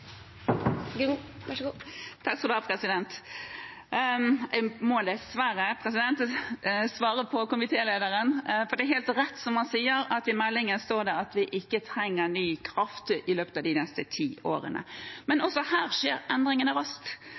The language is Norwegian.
helt rett som han sier, at i meldingen står det at vi ikke trenger ny kraft i løpet av de neste ti årene. Men også her skjer endringene raskt.